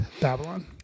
Babylon